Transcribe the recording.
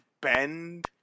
bend